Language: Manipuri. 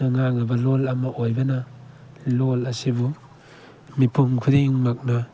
ꯉꯥꯡꯅꯕ ꯂꯣꯜ ꯑꯃ ꯑꯣꯏꯕꯅ ꯂꯣꯜ ꯑꯁꯤꯕꯨ ꯃꯤꯄꯨꯝ ꯈꯨꯗꯤꯡꯃꯛꯅ